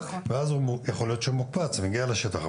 ואז יכול להיות שהוא מוקפץ ומגיע לשטח.